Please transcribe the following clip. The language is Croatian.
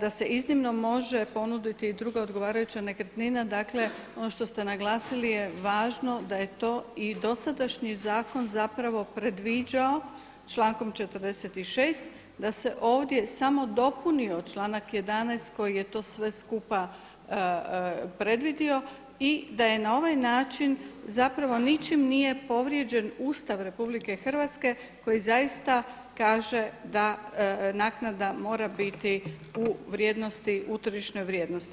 da se iznimno može ponuditi i druga odgovarajuća nekretnina, dakle ono što ste naglasili je važno da je to i dosadašnji zakon zapravo predviđao člankom 46. da se ovdje samo dopunio članak 11. koji je sve to skupa predvidio i da je na ovaj način zapravo ničim nije povrijeđen Ustav RH koji zaista kaže da naknada mora biti u tržišnoj vrijednosti.